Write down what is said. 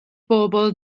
bobl